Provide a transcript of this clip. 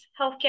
healthcare